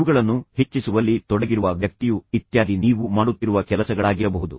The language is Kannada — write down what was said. ಇವುಗಳನ್ನು ಹೆಚ್ಚಿಸುವಲ್ಲಿ ತೊಡಗಿರುವ ವ್ಯಕ್ತಿಯು ಇತ್ತ್ಯಾದಿ ನೀವು ಮಾಡುತ್ತಿರುವ ಕೆಲಸಗಳಾಗಿರಬಹುದು